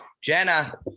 Jenna